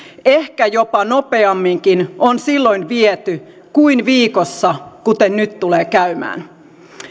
ehkä jopa nopeamminkin on silloin viety kuin viikossa kuten nyt tulee käymään